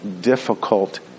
difficult